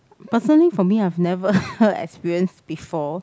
personally for me I've never experienced before